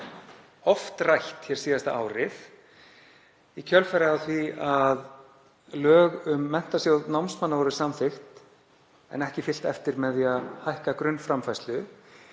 oft hér síðasta árið í kjölfar þess að lög um Menntasjóð námsmanna voru samþykkt en ekki fylgt eftir með því að hækka grunnframfærslu.